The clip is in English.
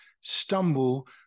stumble